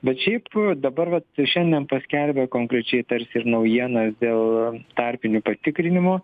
bet šiaip dabar vat šiandien paskelbė konkrečiai tarsi ir naujienas dėl tarpinių patikrinimo